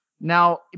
Now